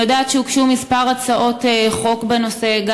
אני יודעת שהוגשו כמה הצעות חוק בנושא,